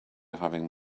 having